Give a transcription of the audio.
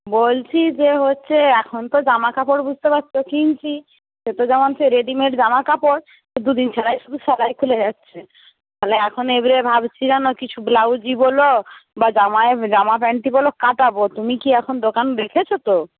বলছি যে হচ্ছে এখন তো জামাকাপড় বুঝতে পারছ কিনছি সে তো যেমন সে রেডিমেড জামাকাপড় দু দিন ছাড়াই শুধু সেলাই খুলে যাচ্ছে তাহলে এখন এবারে ভাবছিলাম কিছু ব্লাউজই বলো বা জামাই জামা প্যান্টই বলো কাটাব তুমি কি এখন দোকান দেখেছো তো